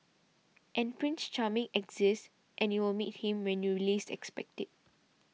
and Prince Charming exists and you will meet him when you least expect it